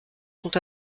sont